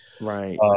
Right